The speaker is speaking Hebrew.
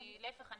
להיפך,